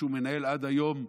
והוא מנהל עד היום,